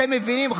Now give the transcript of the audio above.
אתם מבינים,